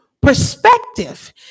perspective